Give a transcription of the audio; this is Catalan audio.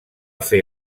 fer